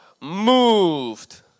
moved